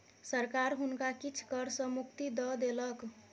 सरकार हुनका किछ कर सॅ मुक्ति दय देलक